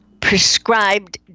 prescribed